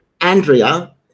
Andrea